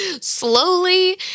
slowly